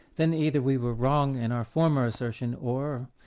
then either we were wrong in our former assertion or,